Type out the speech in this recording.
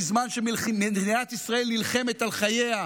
אתם אלה שבזמן שמדינת ישראל נלחמת על חייה,